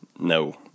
No